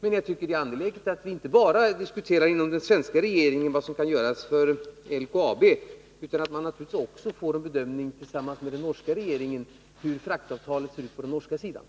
Men jag tycker att det är angeläget att vi inte bara inom den svenska regeringen diskuterar vad som kan göras för LKAB, utan att vi också får fram en bedömning tillsammans med den norska regeringen och får veta hur fraktavtalet ser ut på den norska sidan.